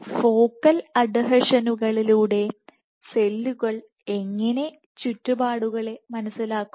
focal അഡ്ഹെഷനുകളിലൂടെ സെല്ലുകൾ എങ്ങനെ ചുറ്റുപാടുകളെ മനസ്സിലാക്കുന്നു